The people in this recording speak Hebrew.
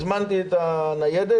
הזמנתי את הניידת,